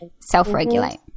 self-regulate